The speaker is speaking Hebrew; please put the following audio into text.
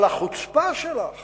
אבל החוצפה שלך